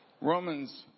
Romans